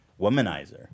womanizer